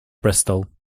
bristol